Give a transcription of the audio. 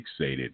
fixated